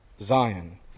Zion